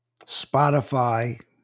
Spotify